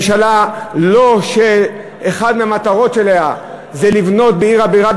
לא ממשלה שאחת המטרות שלה זה לבנות בעיר הבירה,